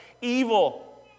Evil